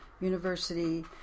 University